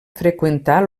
freqüentar